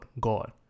God